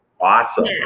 Awesome